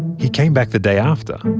he came back the day after.